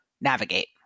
navigate